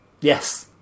yes